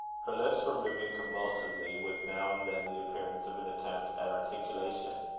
her lips were moving convulsively, with now and then the appearance of an attempt at articulation,